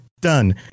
done